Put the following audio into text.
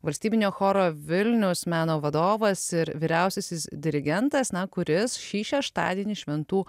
valstybinio choro vilnius meno vadovas ir vyriausiasis dirigentas na kuris šį šeštadienį šventų